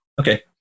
Okay